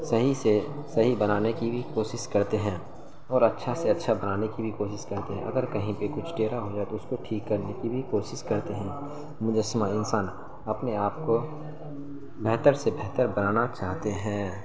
صحیح سے صحیح بنانے کی بھی کوشش کرتے ہیں اور اچھا سے اچھا بنانے کی بھی کوشش کرتے ہیں اگر کہیں پہ کچھ ٹیرھا ہو جائے تو اس کو ٹھیک کرنے کی بھی کوشش کرتے ہیں مجسمہ انسان اپنے آپ کو بہتر سے بہتر بنانا چاہتے ہیں